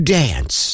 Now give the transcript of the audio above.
dance